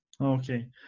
Okay